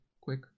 quick